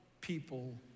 people